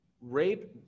rape